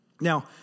Now